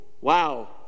wow